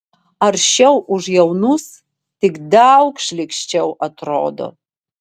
aršiau už jaunus tik daug šlykščiau atrodo